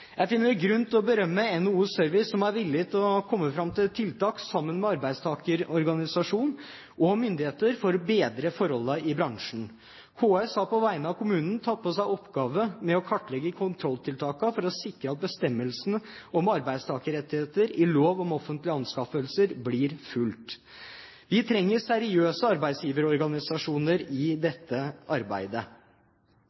Jeg finner grunn til å berømme NHO Service, som er villig til å komme fram til tiltak sammen med arbeidstakerne og myndigheter for å bedre forholdene i bransjen. KS har på vegne av kommunen tatt på seg oppgaven med å kartlegge kontrolltiltakene for å sikre at bestemmelsene om arbeidstakerrettigheter i lov om offentlige anskaffelser blir fulgt. Vi trenger seriøse arbeidsgiverorganisasjoner i dette arbeidet. Samtidig som det